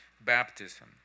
baptism